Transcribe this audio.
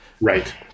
Right